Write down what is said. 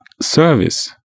service